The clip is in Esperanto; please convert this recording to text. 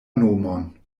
nomon